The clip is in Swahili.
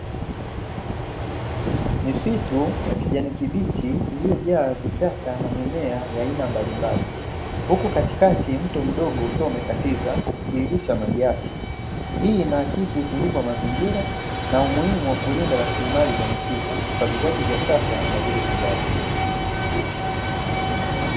Misitu ya kijani kibichi iliyojaa vichaka na mimea ya aina mbalimbali huku katikati mto mdogo ukiwa umekatiza ukitiririsha maji yake, hii inaakisi utulivu wa mazingira na umuhimu wa kulinda rasilimali za misitu kwa vizazi vya sasa na vile vijavyo.